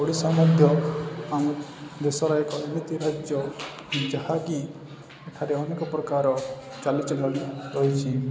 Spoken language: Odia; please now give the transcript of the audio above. ଓଡ଼ିଶା ମଧ୍ୟ ଆମ ଦେଶର ଏକ ଏମିତି ରାଜ୍ୟ ଯାହାକି ଏଠାରେ ଅନେକ ପ୍ରକାର ଚାଲିଚଳଣୀ ରହିଛି